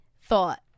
thought